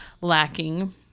lacking